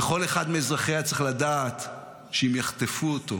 וכל אחד מאזרחיה צריך לדעת שאם יחטפו אותו,